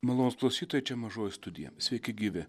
malonūs klausytojai čia mažoji studija sveiki gyvi